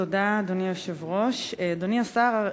אדוני השר,